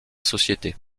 société